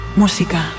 música